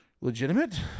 legitimate